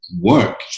work